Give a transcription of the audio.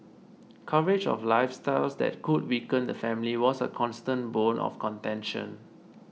coverage of lifestyles that could weaken the family was a constant bone of contention